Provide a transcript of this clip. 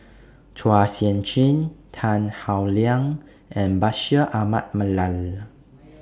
Chua Sian Chin Tan Howe Liang and Bashir Ahmad Mallal